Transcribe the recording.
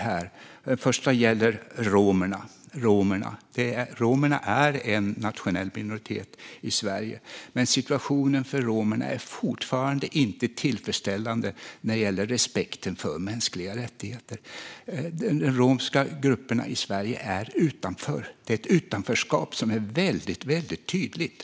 Det första gäller romerna. Romerna är en nationell minoritet i Sverige, men situationen för romerna är fortfarande inte tillfredsställande när det gäller respekten för mänskliga rättigheter. De romska grupperna i Sverige är utanför. Det är ett utanförskap som är väldigt tydligt.